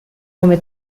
come